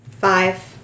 Five